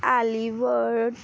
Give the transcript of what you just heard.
ਐਲੀਵਟ